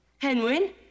Henwin